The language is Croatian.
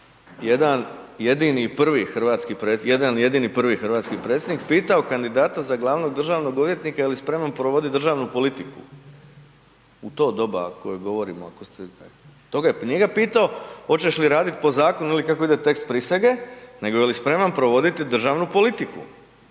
jedan jedini prvi hrvatski predsjednik pitao kandidata za glavnog državnog odvjetnika je li spreman provoditi državni politiku, u to doba koje govorimo ako ste, to ga je, nije ga pitao hoćeš li raditi po zakonu ili kako ide tekst prisege, nego je li spreman provoditi državnu politiku.